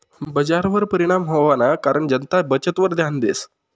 बजारवर परिणाम व्हवाना कारण जनता बचतवर ध्यान देस